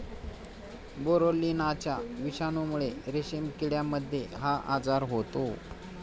बोरोलिनाच्या विषाणूमुळे रेशीम किड्यांमध्ये हा आजार होतो